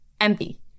empty